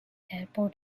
airport